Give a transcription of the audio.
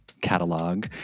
Catalog